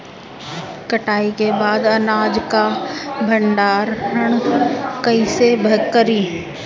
कटाई के बाद अनाज का भंडारण कईसे करीं?